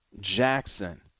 Jackson